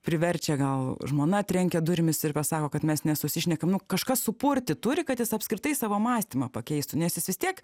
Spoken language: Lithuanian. priverčia gal žmona trenkia durimis ir pasako kad mes nesusišnekam nu kažkas supurti turi kad jis apskritai savo mąstymą pakeistų nes jis vis tiek